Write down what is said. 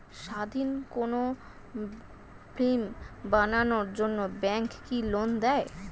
স্বাধীন কোনো ফিল্ম বানানোর জন্য ব্যাঙ্ক কি লোন দেয়?